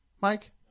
Mike